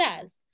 says